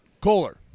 Kohler